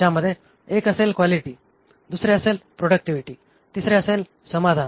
ज्यामध्ये एक असेल क्वालिटी दुसरे आहे प्रॉडक्टिव्हिटी आणि तिसरे आहे समाधान